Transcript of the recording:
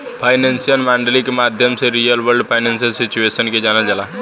financial modelling के माध्यम से रियल वर्ल्ड फाइनेंशियल सिचुएशन के जानल जाला